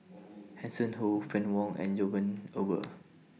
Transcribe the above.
Hanson Ho Fann Wong and John Eber